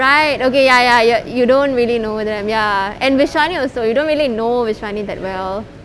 right okay ya ya ya you don't really know them ya and vishani also you don't really know vishani that well